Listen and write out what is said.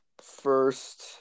First